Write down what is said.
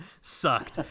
sucked